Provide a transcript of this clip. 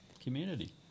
Community